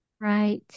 Right